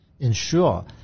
Ensure